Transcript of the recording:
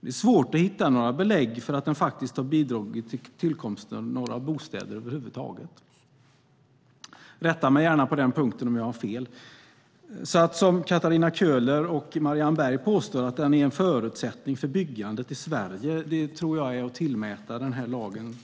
Det är svårt att hitta belägg för att den har bidragit till tillkomsten av några bostäder över huvud taget. Rätta mig gärna om jag har fel. Att som Katarina Köhler och Marianne Berg påstå att förköpslagen är en förutsättning för byggandet i Sverige är att tillmäta den